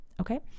okay